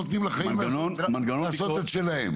אז נותנים לחיים לעשות את שלהם.